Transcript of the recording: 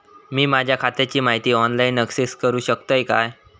मी माझ्या खात्याची माहिती ऑनलाईन अक्सेस करूक शकतय काय?